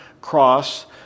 cross